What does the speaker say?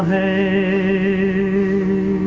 a